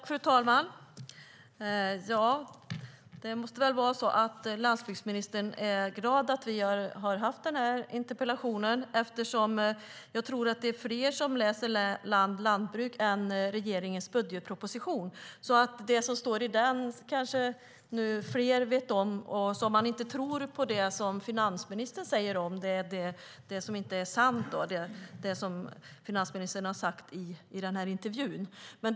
Fru talman! Landsbygdsministern är nog glad att vi har haft den här interpellationsdebatten, för jag tror att det är fler som läser Land Lantbruk än regeringens budgetproposition. Det är nu kanske fler som känner till vad som står i den och inte tror på det som finansministern har sagt i intervjun och som inte är sant.